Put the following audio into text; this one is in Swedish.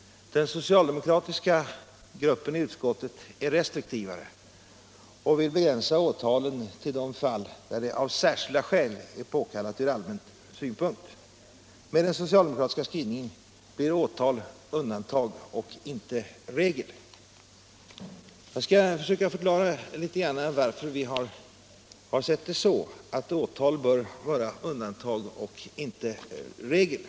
Den socialdemokratiska gruppen i utskottet är mera restriktiv och vill begränsa åtalen till de fall där det ”av särskilda skäl är påkallat ur allmän synpunkt”. Med den socialdemokratiska skrivningen blir åtal undantag och inte regel. Jag skall försöka förklara varför vi har sett det så att åtal bör vara undantag och inte regel.